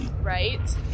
Right